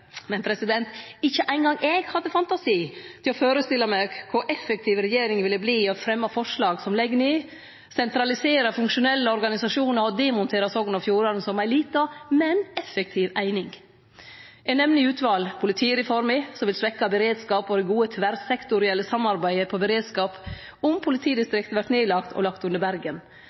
eg hadde fantasi til å førestille meg kor effektiv regjeringa ville verte i å fremje forslag som legg ned, sentraliserer funksjonelle organisasjonar og demonterer Sogn og Fjordane som ei lita, men effektiv eining. Eg nemner i utval: Politireforma vil svekkje beredskapen og det gode tverrsektorielle samarbeidet på beredskap om politidistriktet vert nedlagt og lagt under Bergen.